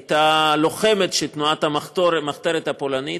היא הייתה לוחמת של תנועת המחתרת הפולנית,